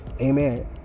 Amen